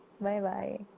Bye-bye